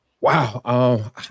Wow